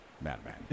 madman